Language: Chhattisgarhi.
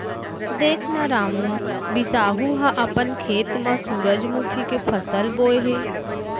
देख न रामू, बिसाहू ह अपन खेत म सुरूजमुखी के फसल बोय हे